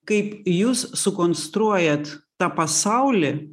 kaip jūs sukonstruojant tą pasaulį